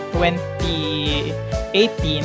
2018